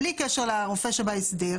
בלי קשר לרופא שבהסדר,